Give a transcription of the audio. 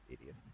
Idiot